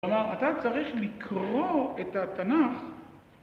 כלומר, אתה צריך לקרוא את התנ״ך